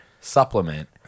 supplement